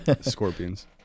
Scorpions